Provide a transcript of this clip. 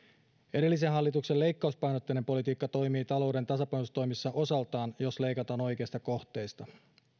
edellisen hallituksen leikkauspainotteinen politiikka toimii talouden tasapainotustoimissa osaltaan jos leikataan oikeista kohteista